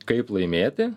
kaip laimėti